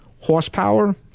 horsepower